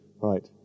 Right